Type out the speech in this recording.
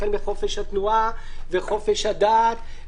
החל מחופש התנועה וחופש הדת,